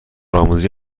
آموزی